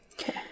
Okay